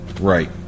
Right